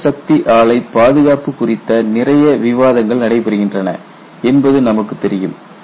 அணுசக்தி ஆலை பாதுகாப்பு குறித்து நிறைய விவாதங்கள் நடைபெறுகின்றன என்பது நமக்கு தெரியும்